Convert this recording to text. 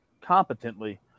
competently